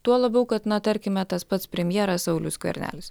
tuo labiau kad na tarkime tas pats premjeras saulius skvernelis